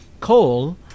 Coal